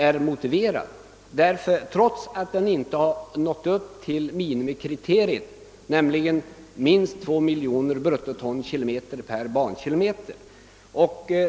ändå har denna bandel inte nått upp till minimikriteriet i fråga om trafikintensitet, nämligen minst 2 miljoner bruttotonkilometer per bankilometer.